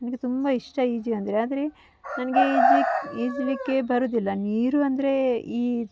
ನನಗೆ ತುಂಬ ಇಷ್ಟ ಈಜು ಅಂದರೆ ಆದರೆ ನನಗೆ ಈಜ್ಲಿಕ್ಕೆ ಈಜಲಿಕ್ಕೆ ಬರುವುದಿಲ್ಲ ನೀರು ಅಂದರೆ ಈ